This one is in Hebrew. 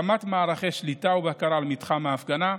הקמת מערכי שליטה ובקרה על מתחם ההפגנה,